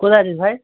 কোথায় আছিস ভাই